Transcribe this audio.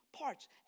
parts